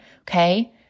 okay